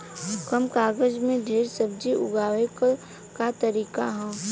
कम जगह में ढेर सब्जी उगावे क का तरीका ह?